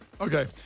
Okay